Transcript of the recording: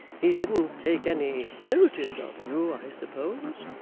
he didn't take any notice of you, i suppose.